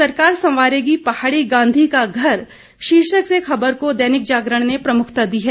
सरकार संवारेगी पहाड़ी गांधी का घर शीर्षक से खबर को दैनिक जागरण ने प्रमुखता दी है